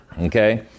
Okay